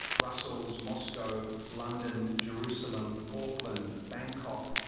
brussels, moscow, london, jerusalem, auckland, bangkok,